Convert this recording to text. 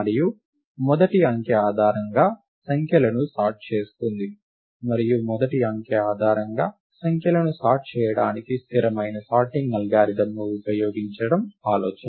మరియు మొదటి అంకె ఆధారంగా సంఖ్యలను సార్ట్ చేస్తుంది మరియు మొదటి అంకె ఆధారంగా సంఖ్యలను సార్ట్ చేయడానికి స్థిరమైన సార్టింగ్ అల్గారిథమ్ను ఉపయోగించడం ఆలోచన